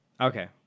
Okay